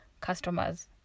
customers